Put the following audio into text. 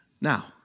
Now